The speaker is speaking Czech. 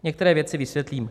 Některé věci vysvětlím.